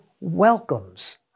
welcomes